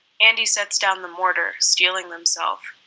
andy sets down the mortar, steeling themself.